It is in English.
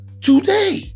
today